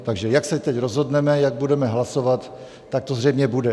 Takže jak se teď rozhodneme, jak budeme hlasovat, tak to zřejmě bude.